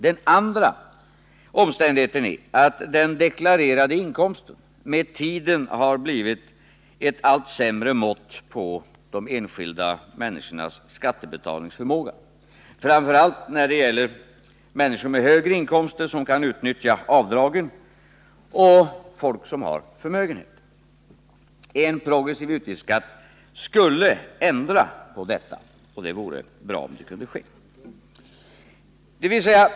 Den andra omständigheten är att den deklarerade inkomsten med tiden har blivit ett allt sämre mått på de enskilda människornas skattebetalningsförmåga, framför allt när det gäller människor med högre inkomster som kan utnyttja avdragen och i fråga om människor som har förmögenhet. En progressiv utgiftsskatt skulle ändra på detta, och det vore bra om det kunde ske.